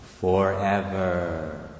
forever